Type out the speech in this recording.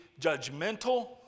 judgmental